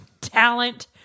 talent